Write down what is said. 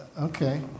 Okay